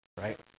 right